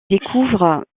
découvre